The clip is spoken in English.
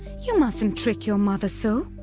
you mustn't trick your mother so!